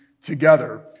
together